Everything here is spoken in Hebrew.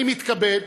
אני מתכבד